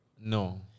No